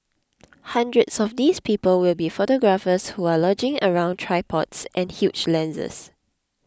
hundreds of these people will be photographers who are lugging around tripods and huge lenses